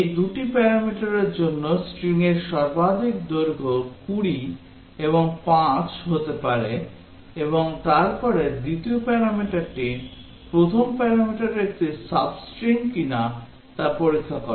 এই দুটি প্যারামিটারের জন্য stringর সর্বাধিক দৈর্ঘ্য 20 এবং 5 হতে পারে এবং তারপরে দ্বিতীয় প্যারামিটারটি প্রথম প্যারামিটারের একটি sub string কিনা তা পরীক্ষা করে